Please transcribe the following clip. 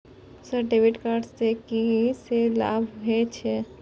Sir debit card से की से की लाभ हे छे?